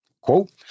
Quote